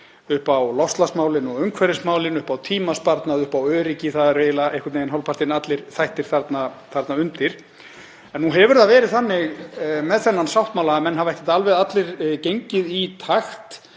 upp á loftslagsmálin og umhverfismálin, upp á tímasparnað, upp á öryggi. Það eru eiginlega einhvern veginn allir þættir þarna undir. En nú hefur það verið þannig með þennan sáttmála að menn hafa ekki alveg allir gengið í takt.